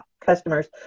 customers